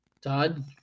Todd